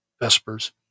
vespers